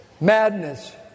madness